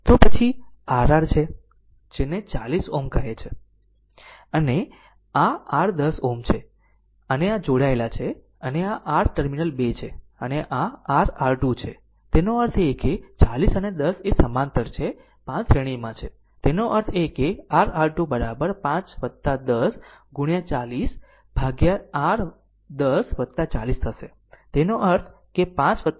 તો પછી આ r r છે જેને 40 Ω કહે છે અને આ r 10 Ω છે અને આ જોડાયેલા છે અને આ r ટર્મિનલ 2 છે અને આ r R2 છે તેનો અર્થ એ કે 40 અને 10 એ સમાંતર છે 5 શ્રેણીમાં છે તેનો અર્થ એ કે r R2 5 10 ગુણ્યા 40 ભાગ્યા r 10 40 થશે તેનો અર્થ 5 8 13 Ω